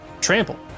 trample